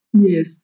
Yes